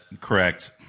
correct